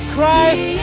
Christ